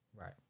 Right